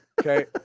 okay